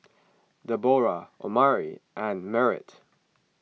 Deborrah Omari and Merritt